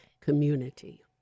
Community